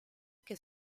che